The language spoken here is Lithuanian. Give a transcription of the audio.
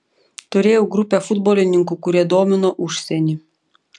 turėjau grupę futbolininkų kurie domino užsienį